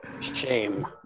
shame